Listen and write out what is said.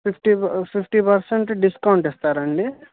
fifty fifty percent discount ఇస్తారా అండి